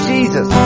Jesus